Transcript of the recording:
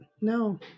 No